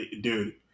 dude